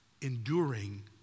enduring